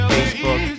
Facebook